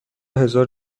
هزار